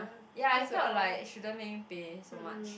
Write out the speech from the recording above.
ya I felt like shouldn't make him pay so much